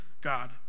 God